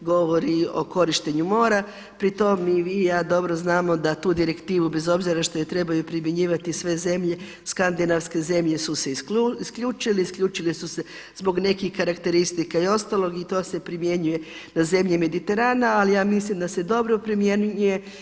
govori o korištenju mora, pri tom i vi i ja dobro znamo da tu direktivu bez obzira što je trebaju primjenjivati sve zemlje Skandinavske zemlje su se isključile, isključile su se zbog nekih karakteristika i ostalog i to se primjenjuje na zemlje Mediterana, ali ja sam mislim da se dobro primjenjuje.